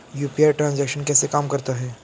UPI transaction कैसे काम करता है?